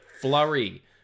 flurry